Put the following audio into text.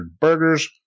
burgers